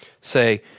Say